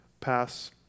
pass